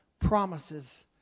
promises